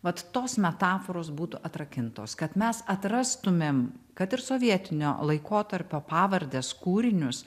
vat tos metaforos būtų atrakintos kad mes atrastumėm kad ir sovietinio laikotarpio pavardes kūrinius